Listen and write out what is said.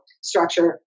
structure